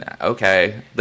okay